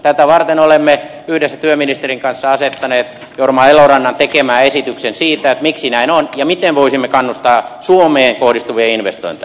tätä varten olemme yhdessä työministerin kanssa asettaneet jorma elorannan tekemään esityksen siitä miksi näin on ja miten voisimme kannustaa suomeen kohdistuvia investointeja